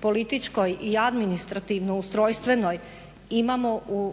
političkoj i administrativno ustrojstvenoj imamo u